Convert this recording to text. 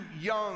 young